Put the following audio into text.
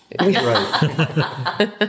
right